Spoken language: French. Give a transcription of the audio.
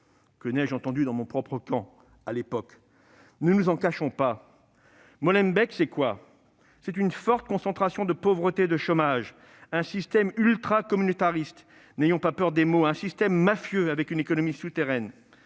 Que n'ai-je entendu dans mon propre camp à l'époque ! Ne nous le cachons pas, Molenbeek, c'est quoi ? C'est une forte concentration de pauvreté et de chômage, un système ultracommunautariste- n'ayons pas peur des mots !-, un système mafieux avec une économie souterraine.